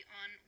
on